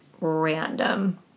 random